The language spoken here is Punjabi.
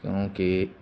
ਕਿਉਂਕਿ